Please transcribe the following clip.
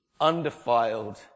undefiled